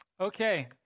Okay